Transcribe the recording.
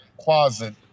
closet